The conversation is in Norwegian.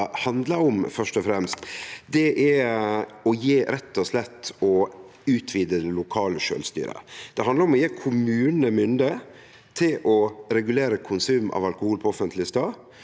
rett og slett er å utvide det lokale sjølvstyret. Det handlar om å gje kommunane mynde til å regulere konsum av alkohol på offentleg stad.